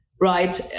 right